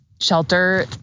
shelter